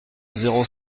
zéro